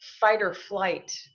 fight-or-flight